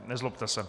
Nezlobte se.